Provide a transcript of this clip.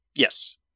Yes